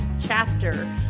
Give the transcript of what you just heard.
chapter